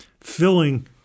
filling